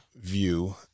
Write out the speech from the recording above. view